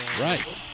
Right